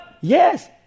Yes